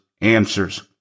answers